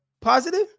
positive